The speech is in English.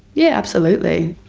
yeah, absolutely.